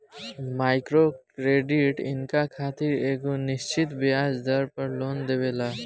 micro credit इनका खातिर एगो निश्चित ब्याज दर पर लोन देवेला